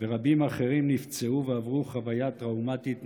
ורבים אחרים נפצעו ועברו חוויה טראומטית נוראה.